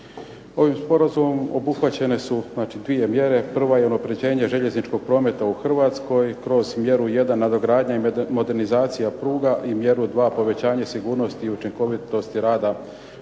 Ovim sporazumom obuhvaćene su dvije mjere. Prva je unapređenje željezničkog prometa u Hrvatskoj kroz mjeru 1 Nadogradnja i modernizacija pruga i mjeru 2 POvećanje sigurnosti i učinkovitosti rada